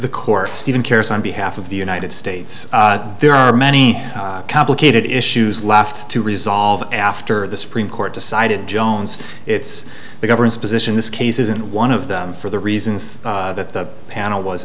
the court even cares on behalf of the united states there are many complicated issues left to resolve after the supreme court decided jones it's the government's position this case isn't one of them for the reasons that the panel was